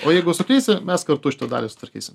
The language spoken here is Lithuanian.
o jeigu suklysi mes kartu šitą dalį sutvarkysim